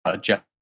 Jeff